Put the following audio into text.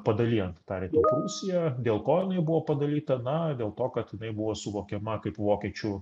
padalijant tą rytų prūsiją dėl ko buvo padalyta na dėl to kad jinai buvo suvokiama kaip vokiečių